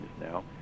now